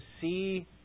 see